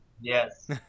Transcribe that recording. yes